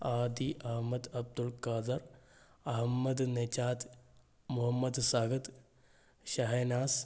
Adi Ahmed Abdul Khader Ahmed Najad Muhammad Sahad Shehnaz